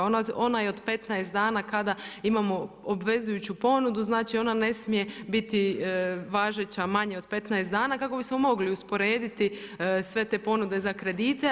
Onaj od 15 dana kada imamo obvezujuću ponudu, znači ona ne smije biti važeća manje od 15 dana kako bismo mogli usporediti sve te ponude za kredite.